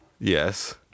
yes